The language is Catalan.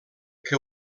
que